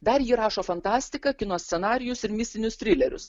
dar ji rašo fantastiką kino scenarijus ir mistinius trilerius